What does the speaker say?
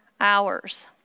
hours